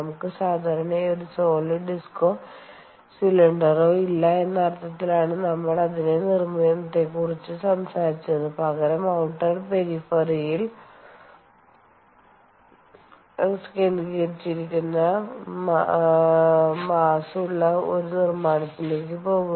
നമുക്ക് സാധാരണയായി ഒരു സോളിഡ് ഡിസ്കോ സിലിണ്ടറോ ഇല്ല എന്ന അർത്ഥത്തിലാണ് നമ്മൾ അതിന്റെ നിർമ്മാണത്തെക്കുറിച്ചും സംസാരിച്ചത് പകരം ഔട്ടർ പേരിഫെറിയിൽ കേന്ദ്രീകരിച്ചിരിക്കുന്ന മാസ്സുള്ള ഒരു നിർമ്മാണത്തിലേക്ക് പോകുക